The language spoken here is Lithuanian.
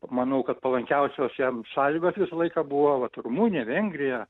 manau kad palankiausios jam sąlygos visą laiką buvo vat rumunija vengrija